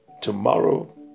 tomorrow